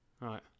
Right